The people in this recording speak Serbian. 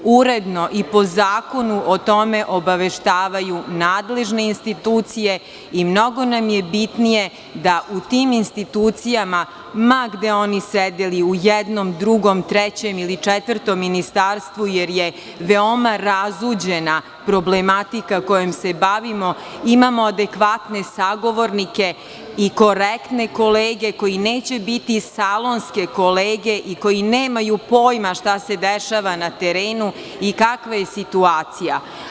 Uredno i po zakonu o tome obaveštavaju nadležne institucije i mnogo nam je bitnije da u tim institucijama, ma gde oni sedeli u jednom, drugom, trećem ili četvrtom ministarstvu, jer je veoma razuđena problematika kojom se bavimo, imamo adekvatne sagovornike i korektne kolege koji neće biti salonske kolege i koji nemaju pojma šta se dešava na terenu i kakva je situacija.